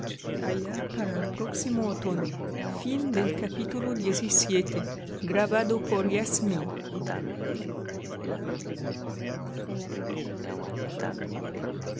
allá para el próximo otoño